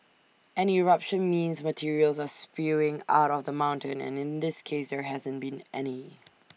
an eruption means materials are spewing out of the mountain and in this case there hasn't been any